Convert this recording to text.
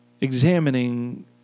examining